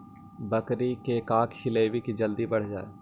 बकरी के का खिलैबै कि जल्दी बढ़ जाए?